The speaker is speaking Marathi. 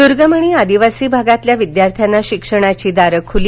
दर्गम आणि आदिवासी भागातील विद्यार्थ्यांना शिक्षणाची दारं खुली